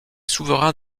souverains